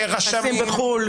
נכסים בחו"ל.